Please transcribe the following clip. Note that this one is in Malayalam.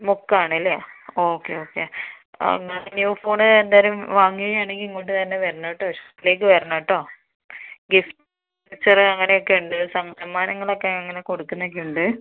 മുക്കം ആണല്ലേ ഓക്കെ ഓക്കെ ആ എന്നാൽ ന്യൂ ഫോൺ എന്തായാലും വാങ്ങുക ആണെങ്കിൽ ഇങ്ങോട്ട് തന്നെ വരണം കേട്ടോ ഷോപ്പിലേക്ക് വരണം കേട്ടോ ഗിഫ്റ്റ് വൗച്ചർ അങ്ങനെ ഒക്കെ ഉണ്ട് സമ്മാനങ്ങളൊക്കെ അങ്ങനെ കൊടുക്കുന്നൊക്കെ ഉണ്ട്